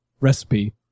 recipe